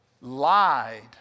lied